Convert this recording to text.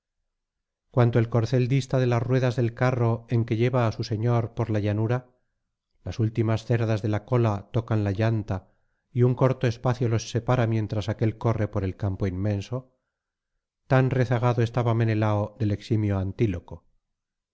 cuanto el corcel dista de las ruedas del carro en que lleva á su señor por la llanura las ultimas cerdas de la cola tocan la llanta y un corto espacio los separa mientras aquél corre por el campo inmenso tan rezagado estaba menelao del eximio antfloco